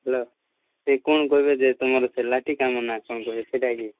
ହେଲାେ ସେ କ'ଣ କହିବେ ଯେ ତୁମର ସେ ଲାଠି କାମ ନା କ'ଣ କହିବ ସେଇଟା କି